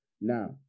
Now